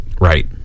Right